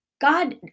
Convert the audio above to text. God